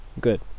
Good